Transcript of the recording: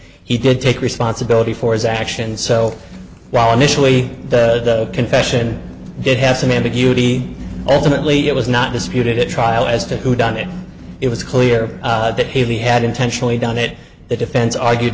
he did take responsibility for his actions so while initially the confession did have some ambiguity ultimately it was not disputed at trial as to who done it it was clear that he had intentionally done it the defense argued